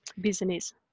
business